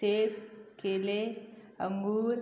सेब केले अंगूर